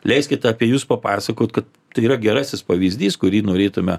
leiskit apie jus papasakot kad tai yra gerasis pavyzdys kurį norėtume